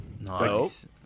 Nice